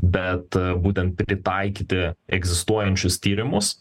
bet būtent pritaikyti egzistuojančius tyrimus